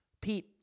Pete